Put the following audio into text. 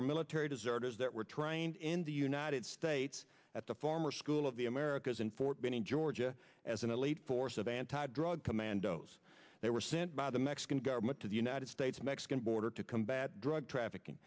are military deserves that were trained in the united states at the former school of the americas in fort benning georgia as an elite force of anti drug commandos they were sent by the mexican government to the united states mexican border to combat drug trafficking